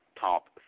top